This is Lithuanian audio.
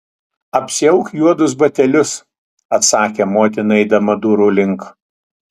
apsiauk juodus batelius atsakė motina eidama durų link